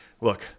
Look